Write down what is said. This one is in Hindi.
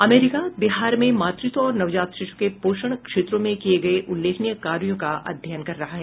अमेरिका बिहार में मातृत्व और नवजात शिशु के पोषण क्षेत्रों में किये गये उल्लेखनीय कार्यों का अध्ययन कर रहा है